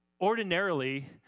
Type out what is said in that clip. Ordinarily